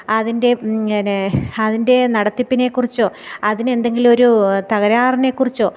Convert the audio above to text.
അതിൻ്റെ പിന്നെ അതിൻ്റെ നടത്തിപ്പിനെ കുറിച്ചോ അതിന് എന്തെങ്കിലും ഒരു തകരാറിനെ കുറിച്ചോ